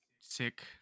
sick